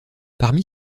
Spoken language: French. parmi